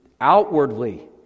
Outwardly